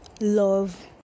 love